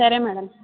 సరే మ్యాడం